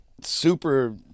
super